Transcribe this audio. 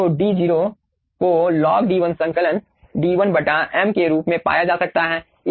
और d0 को log d1 संकलन d1 बटा m के रूप में पाया जा सकता है